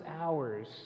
hours